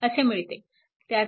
असे मिळते